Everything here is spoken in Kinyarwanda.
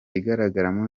igaragaramo